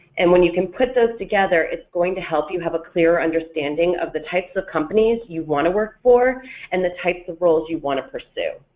and when you can put those together it's going to help you have a clearer understanding of the types of companies you want to work for and the types of roles you want to pursue.